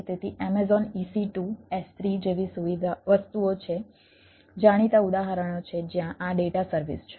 તેથી Amazon EC2 S3 જેવી વસ્તુઓ છે જાણીતા ઉદાહરણો છે જ્યાં આ ડેટા સર્વિસ છે